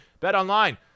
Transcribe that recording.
BetOnline